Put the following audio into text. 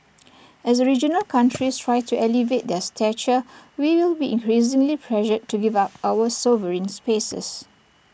as regional countries try to elevate their stature we will be increasingly pressured to give up our sovereign spaces